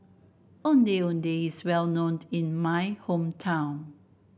Ondeh Ondeh is well known in my hometown